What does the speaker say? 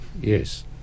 Yes